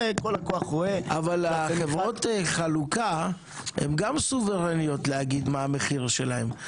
אבל חברות החלוקה הן גם סוברניות להגיד מה המחיר שלהן,